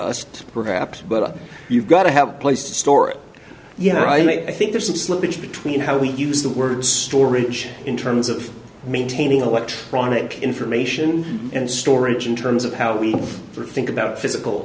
dust perhaps but you've got to have a place to store it yeah right i think there's a slippage between how we use the word storage in terms of maintaining electronic information and storage in terms of how we think about physical